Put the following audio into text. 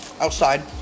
outside